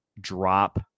drop